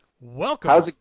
welcome